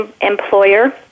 employer